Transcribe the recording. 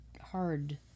hard